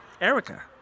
Erica